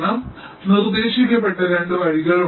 അതിനാൽ നിർദ്ദേശിക്കപ്പെട്ട 2 വഴികളുണ്ട്